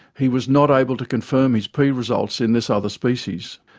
he was not able to confirm his pea results in this other species,